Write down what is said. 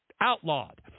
outlawed